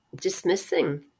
dismissing